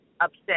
upset